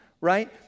right